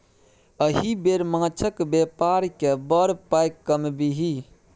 एहि बेर माछक बेपार कए बड़ पाय कमबिही